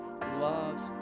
loves